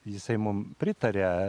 jisai mum pritaris